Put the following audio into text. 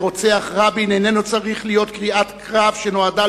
שרוצח רבין אינו צריך להיות קריאת קרב שנועדה